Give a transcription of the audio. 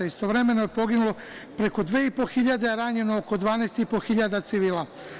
Istovremeno je poginulo preko 2500, a ranjeno oko 12,5 hiljada civila.